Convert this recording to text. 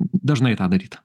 dažnai tą daryt